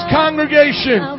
congregation